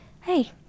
hey